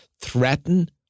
threaten